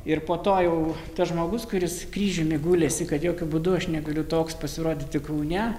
ir po to jau tas žmogus kuris kryžiumi gulėsi kad jokiu būdu aš negaliu toks pasirodyti kaune